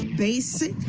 basic,